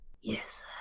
Yes